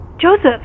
Joseph